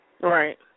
Right